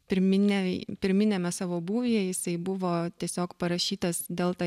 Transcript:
pirmine pirminiame savo būvyje jisai buvo tiesiog parašytas delta